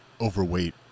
overweight